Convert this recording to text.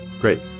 Great